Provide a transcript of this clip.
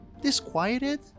disquieted